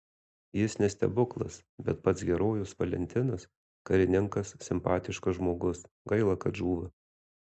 jis ne stebuklas bet pats herojus valentinas karininkas simpatiškas žmogus gaila kad žūva